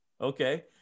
Okay